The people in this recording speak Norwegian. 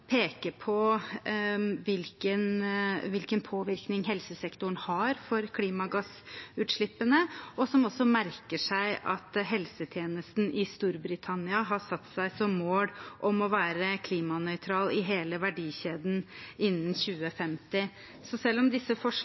peker på hvilken påvirkning helsesektoren har for klimagassutslippene, og som også merker seg at helsetjenesten i Storbritannia har satt seg som mål å være klimanøytral i hele verdikjeden innen 2050. Så selv om disse